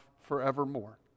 forevermore